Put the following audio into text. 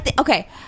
Okay